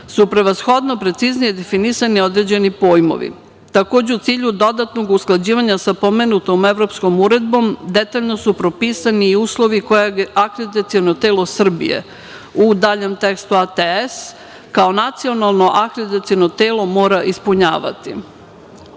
su prevashodno preciznije definisani određeni pojmovi. Takođe, u cilju dodatnog usklađivanja sa pomenutom evropskom Uredbom, detaljno su propisani i uslovi kojeg akreditaciono telo Srbije, u daljem tekstu ATS, kao nacionalno akreditaciono telo mora ispunjavati. Prilikom